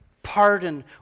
Pardon